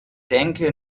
denke